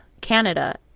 Canada